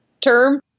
term